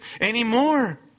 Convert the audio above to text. anymore